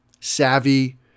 savvy